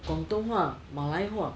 广东话马来话